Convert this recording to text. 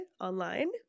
online